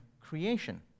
creation